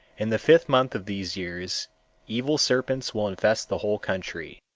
in the fifth month of these years evil serpents will infest the whole country.